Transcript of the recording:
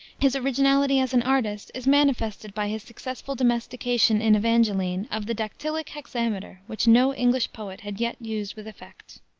his originality as an artist is manifested by his successful domestication in evangeline of the dactylic hexameter, which no english poet had yet used with effect.